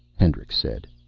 hendricks said.